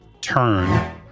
turn